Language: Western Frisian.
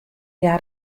hja